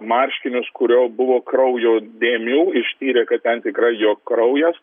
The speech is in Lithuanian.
marškinius kurio buvo kraujo dėmių ištyrė kad ten tikrai jo kraujas